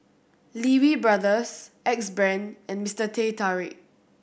Lee Wee Brothers Axe Brand and Mister Teh Tarik